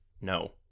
no